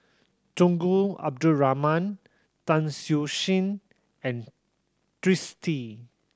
Tunku Abdul Rahman Tan Siew Sin and Twisstii